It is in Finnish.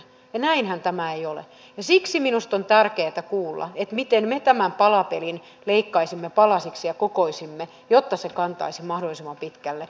näinhän tämä ei ole ja siksi minusta on tärkeää kuulla miten me tämän palapelin leikkaisimme palasiksi ja kokoaisimme jotta se kantaisi mahdollisimman pitkälle